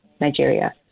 Nigeria